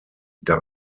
der